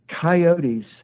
coyotes